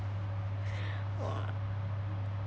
!wah!